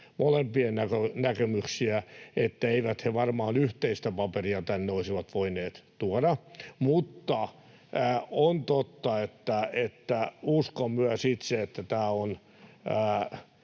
molempien näkemyksistä, etteivät he varmaan yhteistä paperia tänne olisi voineet tuoda. Mutta on totta, että uskon myös itse, että tämä on